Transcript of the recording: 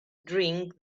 drink